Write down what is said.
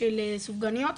של סופגניות.